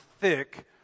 thick